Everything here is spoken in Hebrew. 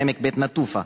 בעמק בית-נטופה,